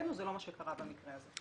להערכתנו זה לא מה שקרה במקרה הזה.